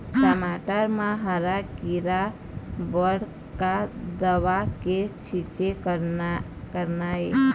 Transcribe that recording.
टमाटर म हरा किरा बर का दवा के छींचे करना ये?